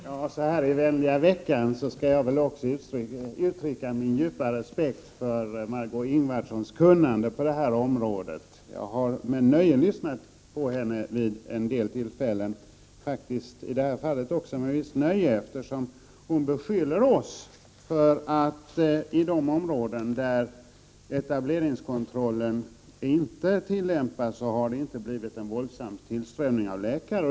Herr talman! I vänliga veckan skall väl jag också uttrycka min djupa respekt för Margö Ingvardssons kunnande på detta område. Jag har med nöje lyssnat på henne vid en del tillfällen — i detta fall även med visst nöje. Hon beskyller oss för att det inte blivit någon tillströmning av läkare i de områden där etableringskontroll inte tillämpas.